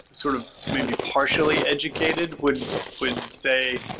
sort of maybe partially educated would would say,